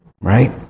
Right